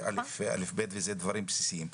זה אל"ף-בי"ת וזה דברים בסיסיים.